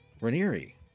Ranieri